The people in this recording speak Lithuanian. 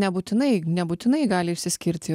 nebūtinai nebūtinai gali išsiskirti